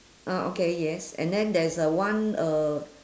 oh okay yes and then there's a one uh